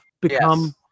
become